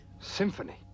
symphony